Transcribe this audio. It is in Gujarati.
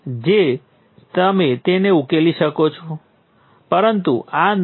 તેથી મારી પાસે V1 ગુણ્યા G11 વત્તા V2 ગુણ્યા G22 વત્તા G23 ઓછા V3 ગુણ્યા G13 બરાબર I1 છે